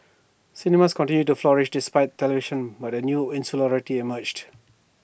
cinemas continued to flourish despite television but A new insularity emerged